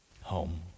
home